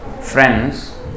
friends